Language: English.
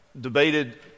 debated